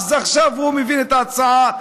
אז עכשיו הוא מבין את ההצעה.